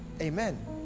amen